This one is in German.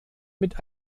mit